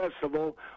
Festival